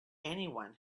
anyone